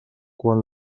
quan